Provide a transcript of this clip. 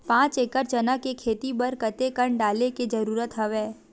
पांच एकड़ चना के खेती बर कते कन डाले के जरूरत हवय?